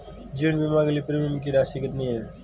जीवन बीमा के लिए प्रीमियम की राशि कितनी है?